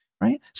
right